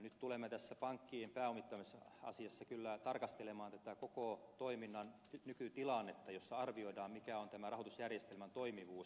nyt tulemme tässä pankkien pääomittamisasiassa kyllä tarkastelemaan tätä koko toiminnan nykytilannetta jossa arvioidaan mikä on tämän rahoitusjärjestelmän toimivuus